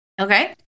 Okay